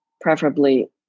preferably